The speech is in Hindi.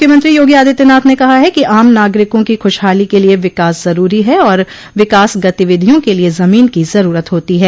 मुख्यमंत्री योगी आदित्यनाथ ने कहा है कि आम नागरिकों की ख्रशहाली के लिये विकास ज़रूरी है और विकास गतिविधियों के लिये जमीन की ज़रूरत होती है